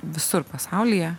visur pasaulyje